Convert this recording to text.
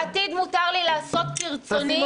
בעתיד מותר לי לעשות כרצוני.